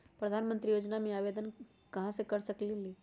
प्रधानमंत्री योजना में आवेदन कहा से कर सकेली?